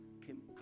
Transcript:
came